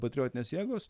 patriotinės jėgos